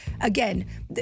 again